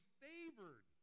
favored